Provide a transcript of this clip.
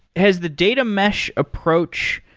has the data mesh approach,